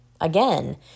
again